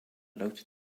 loaded